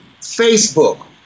Facebook